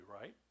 right